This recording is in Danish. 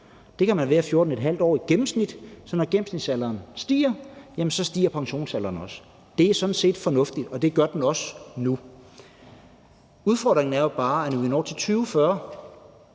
det kan man være i gennemsnit i 14½ år, så når gennemsnitsalderen stiger, så stiger pensionsalderen også. Det er sådan set fornuftigt, og det er også sådan, det foregår nu. Udfordringen er bare, at når vi når til 2040,